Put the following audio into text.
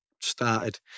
started